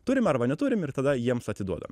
turime arba neturim ir tada jiems atiduodam